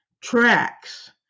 tracks